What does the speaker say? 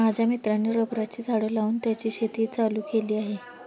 माझ्या मित्राने रबराची झाडं लावून त्याची शेती चालू केली आहे